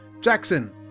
Jackson